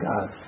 God